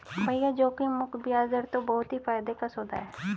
भैया जोखिम मुक्त बयाज दर तो बहुत ही फायदे का सौदा है